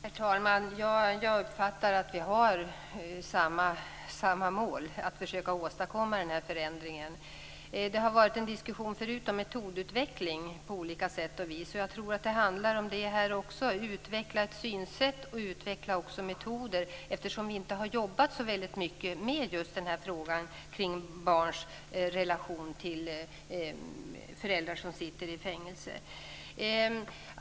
Herr talman! Jag uppfattar att vi har samma mål - att försöka åstadkomma denna förändring. Det har förts en diskussion om metodutveckling förut. Jag tror att det handlar om det här också. Det gäller att utveckla ett synsätt och metoder, eftersom vi inte har jobbat så väldigt mycket med just frågan om barns relationer till föräldrar som sitter i fängelse.